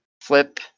flip